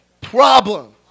problem